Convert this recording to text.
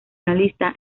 analista